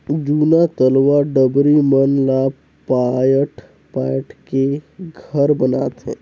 जूना तलवा डबरी मन ला पायट पायट के घर बनाथे